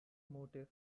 motif